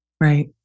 Right